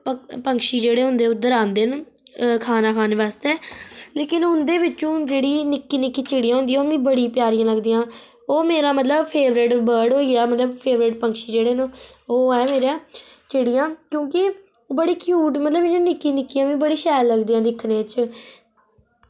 पक्षी जेह्ड़े होंदे उद्धर आंदे न खाना खाने आस्तै लेकिन उंदे बिच्चों जेह्ड़ी निक्की निक्की चिड़ियां होंदियां ओह् मि बड़ी प्यारी लगदियां ओह् मेरा मतलब फेवरेट बर्ड होइया मतलब फेवरेट पक्षी जेह्ड़े न ओह् ऐ मेरा चिड़ियां क्यूंकि बड़ी क्यूट मतलब इयां निक्की निक्कियां बी बड़ी शैल लगदियां दिक्खने च